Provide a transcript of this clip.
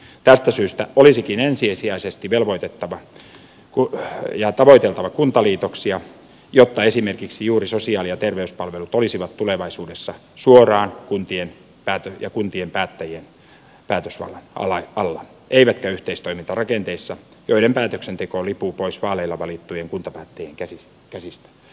tästä syystä olisikin ensisijaisesti tavoiteltava kuntaliitoksia jotta esimerkiksi juuri sosiaali ja terveyspalvelut olisivat tulevaisuudessa suoraan kuntien ja kuntien päättäjien päätösvallan alla eivätkä yhteistoimintarakenteissa joiden päätöksenteko lipuu pois vaaleilla valittujen kuntapäättäjien käsistä